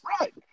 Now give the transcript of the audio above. right